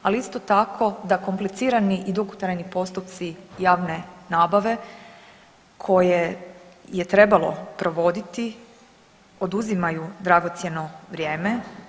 Ali isto tako da komplicirani i dugotrajni postupci javne nabave koje je trebalo provoditi oduzimaju dragocjeno vrijeme.